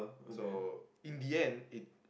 so in the end it